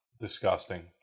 Disgusting